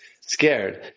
scared